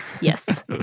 Yes